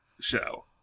show